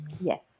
Yes